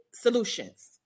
solutions